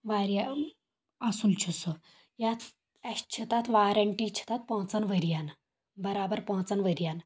واریاہ اصل چھِ سُہ یتھ اسہِ چھِ تتھ وارنٹی چھِ تتھ پٲنٛژن ؤرۍ ین برابر پانٛژن ؤرۍ ین